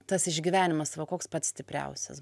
tas išgyvenimas va koks pats stipriausias